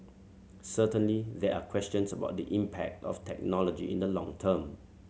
certainly there are questions about the impact of technology in the long term